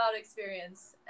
experience